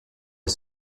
est